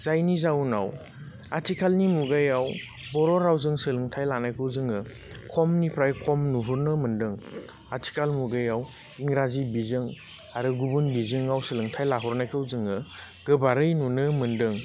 जायनि जाउनाव आथिखालनि मुगायाव बर' रावजों सोलोंथाय लानायखौ जोङो खमनिफ्राय खम नुहुरनो मोनदों आथिखाल मुगायाव इंराजि बिजों आरो गुबुन बिजोङाव सोलोंथाय लाहरनायखौ जोङो गोबारै नुनो मोनदों